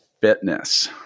Fitness